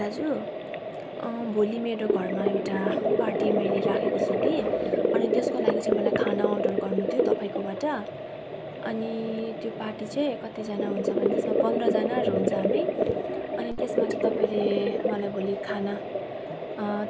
दाजु भोलि मेरो घरमा एउटा पार्टी मैले राखेको छु कि अनि त्यसको लागि चाहिँ मलाई खाना अर्डर गर्नु थियो तपाईँकोबाट अनि त्यो पार्टी चाहिँ कतिजना हुन्छ भने त्यसमा पन्ध्र जनाहरू हुन्छ हामी अनि त्यसमा चाहिँ तपाईँले मलाई भोलि खाना